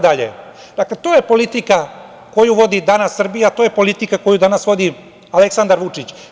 Dakle, to je politika koju vodi danas Srbija i to je politika koju danas vodi Aleksandar Vučić.